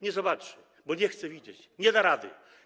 Nie zobaczy, bo nie chce widzieć, nie da rady.